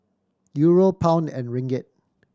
Euro Pound and Ringgit